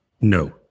No